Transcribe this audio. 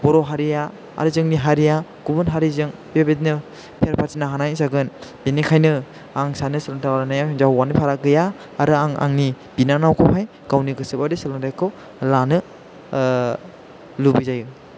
बर' हारिया आरो जोंनि हारिया गुबुन हारिजों बेबादिनो फेर फाथिनो हानाय जागोन बेनिखायनो आं सानो सोलोंथाइ लानाया हिन्जाव हौवानि फारागथि गैया आरो आं आंनि बिनानावखौहाय गावनि गोसोबादि सोलोंथाइखौ लानो लुबैजायो